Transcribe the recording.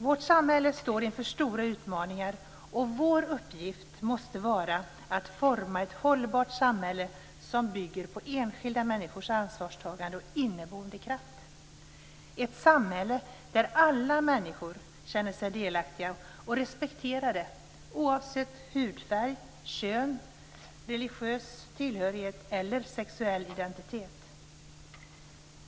Vårt samhälle står inför stora utmaningar, och vår uppgift måste vara att forma ett hållbart samhälle som bygger på enskilda människors ansvarstagande och inneboende kraft, ett samhälle där alla människor känner sig delaktiga och respekterade oavsett hudfärg, kön, religiös tillhörighet eller sexuell identitet.